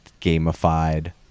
gamified